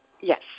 yes